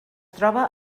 troba